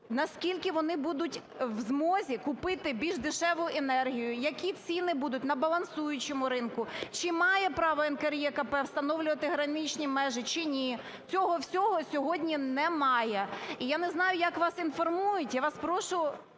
наскільки вони будуть в змозі купити більш дешеву енергію, які ціни будуть на балансуючому ринку, чи має право НКРЕКП встановлювати граничні межі, чи ні. Цього всього сьогодні немає. І я не знаю, як вас інформують, я вас прошу